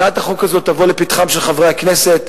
הצעת החוק הזו תבוא לפתחם של חברי הכנסת,